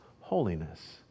holiness